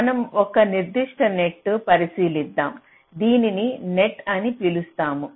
మనం ఒక నిర్దిష్ట నెట్ను పరిశీలిద్దాం దీనిని నెట్ అని పిలుస్తాము